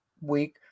week